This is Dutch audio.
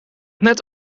net